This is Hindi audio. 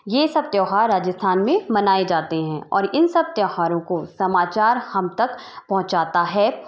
यह सब त्योहार राजस्थान में मनाए जाते हैं और इन सब त्योहारों को समाचार हम तक पहुँचाता है